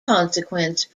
consequence